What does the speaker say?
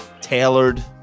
Tailored